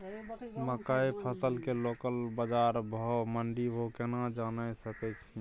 मकई फसल के लोकल बाजार भाव आ मंडी भाव केना जानय सकै छी?